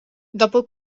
dopo